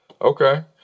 Okay